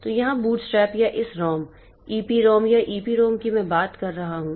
तो यहां बूटस्ट्रैप या इस रॉम EPROM या EPROM कि मैं बात कर रहा हूँ